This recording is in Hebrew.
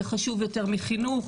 זה חשוב יותר מחינוך,